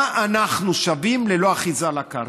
מה אנחנו שווים ללא אחיזה בקרקע?